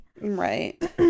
Right